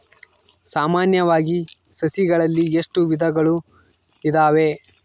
ಸಾಮಾನ್ಯವಾಗಿ ಸಸಿಗಳಲ್ಲಿ ಎಷ್ಟು ವಿಧಗಳು ಇದಾವೆ?